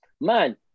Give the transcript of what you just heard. man